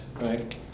right